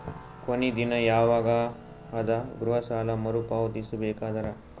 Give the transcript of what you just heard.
ಕೊನಿ ದಿನ ಯವಾಗ ಅದ ಗೃಹ ಸಾಲ ಮರು ಪಾವತಿಸಬೇಕಾದರ?